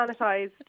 sanitized